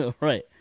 right